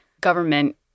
government